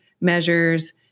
measures